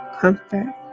comfort